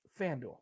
FanDuel